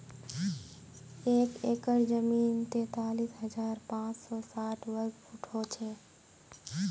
एक एकड़ जमीन तैंतालीस हजार पांच सौ साठ वर्ग फुट हो छे